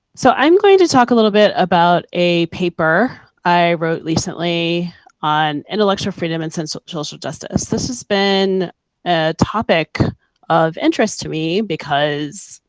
so i am going to talk a little bit about a paper i wrote recent recently on intellectual freedom and so and social so justice. this has been a topic of interest to me because